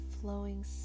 flowing